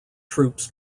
troops